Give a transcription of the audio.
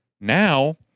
Now